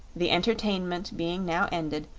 the entertainment being now ended,